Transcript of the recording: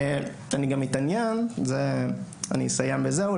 אני אסיים בזה,